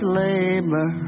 labor